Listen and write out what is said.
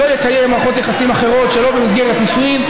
שלא יקיים מערכות יחסים אחרות שלא במסגרת נישואין,